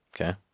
Okay